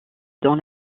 dans